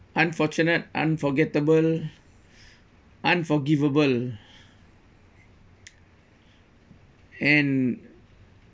unfortunate unforgettable unforgivable and